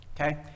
okay